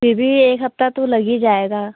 फिर भी एक हफ्ता तो लग ही जाएगा